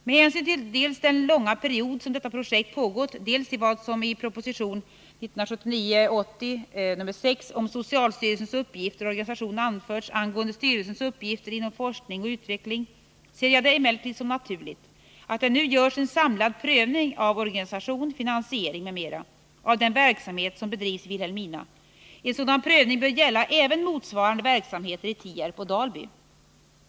Med hänsyn dels till den långa — 21 februari 1980 period som detta projekt pågått, dels till vad som i prop. 1979/80:6 om socialstyrelsens uppgifter och organisation anförts angående styrelsens Om medel till det uppgifter inom forskning och utveckling ser jag det emellertid som naturligt — s.k. Vilhelminaatt det nu görs en samlad prövning av organisation, finansiering m.m. av den verksamhet som bedrivs i Vilhelmina. En sådan prövning bör gälla även motsvarande verksamheter i Tierp och Dalby.